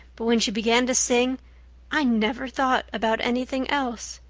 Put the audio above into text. but when she began to sing i never thought about anything else.